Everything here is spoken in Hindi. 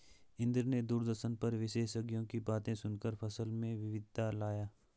इंद्र ने दूरदर्शन पर विशेषज्ञों की बातें सुनकर फसल में विविधता लाया